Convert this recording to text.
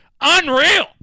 unreal